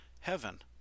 heaven